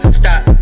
stop